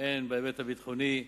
הן בהיבט הביטחוני,